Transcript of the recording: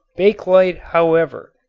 bakelite, however,